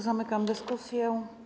Zamykam dyskusję.